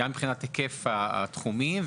גם מבחינת היקף התחומים,